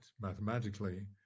mathematically